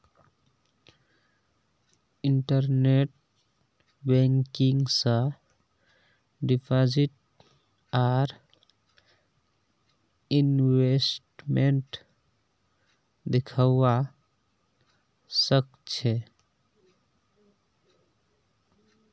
internet banking स deposit आर investment दख्वा स ख छ